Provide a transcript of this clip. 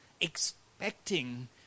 expecting